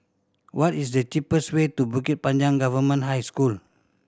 what is the cheapest way to Bukit Panjang Government High School